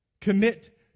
Commit